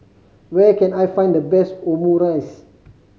where can I find the best Omurice